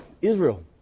Israel